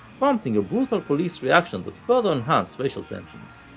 prompting a brutal police reaction that further enhanced racial tensions.